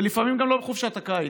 ולפעמים גם לא בחופשת הקיץ,